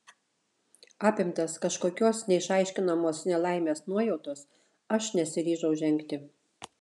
apimtas kažkokios neišaiškinamos nelaimės nuojautos aš nesiryžau žengti